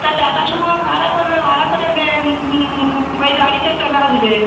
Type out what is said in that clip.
তা টাটা সুমো ভাড়া করবে ভাড়া করে যে ওই গাড়িতে চলে আসবে